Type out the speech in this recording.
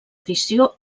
edició